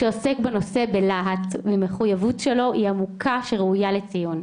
שעוסק בנושא בלהט והמחוייבות שלו היא עמוקה שראוייה לציון.